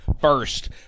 first